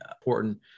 important